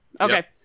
Okay